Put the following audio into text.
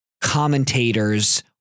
commentators